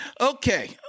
Okay